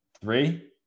Three